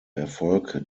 erfolg